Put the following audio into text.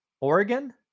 Oregon